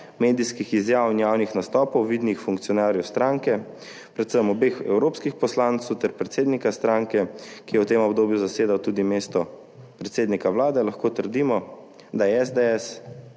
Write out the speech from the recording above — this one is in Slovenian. medijskih izjav in javnih nastopov vidnih funkcionarjev stranke, predvsem obeh evropskih poslancev ter predsednika stranke, ki je v tem obdobju zasedal tudi mesto predsednika Vlade, lahko trdimo, da je SDS